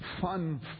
fun